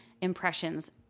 impressions